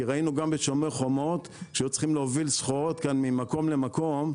כי ראינו גם ב"שומר חומות" שהיו צריכים להוביל סחורות גם ממקום למקום,